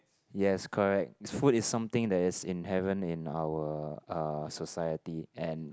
yes correct food is something that is inherent in our uh society and